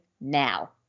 now